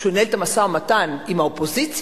שהוא ינהל את המשא-ומתן עם האופוזיציה?